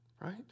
Right